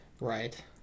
Right